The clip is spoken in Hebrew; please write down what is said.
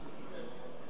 יסכם שר הביטחון.